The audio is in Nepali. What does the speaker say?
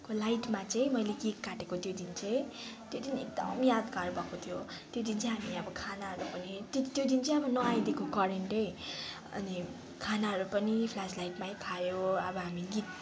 को लाइटमा चाहिँ मैले केक काटेको त्यो दिन चाहिँ त्यो दिन एकदम यादगार भएको थियो त्यो दिन चाहिँ अब हामी खानाहरू पनि त्यो दिन चाहिँ अब नआइदिएको करेन्टै अनि खानाहरू पनि फ्लास लाइटमै खायो अब हामी गीत